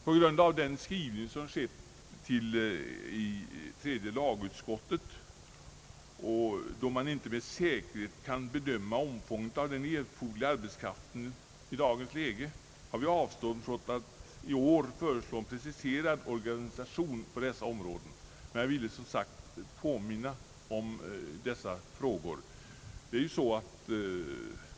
På grund av tredje lagutskottets skrivning och då man inte med säkerhet kan i dagens läge bedöma omfånget av den erforderliga arbetskraften har vi avstått från att i år föreslå en preciserad organisation på dessa områden, men jag ville som sagt påminna om problemet.